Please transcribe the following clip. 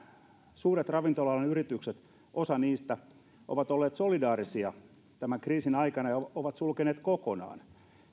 suuret ravintola alan yritykset osa niistä ovat olleet solidaarisia tämän kriisin aikana ja ovat sulkeneet kokonaan